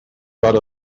got